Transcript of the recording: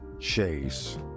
Chase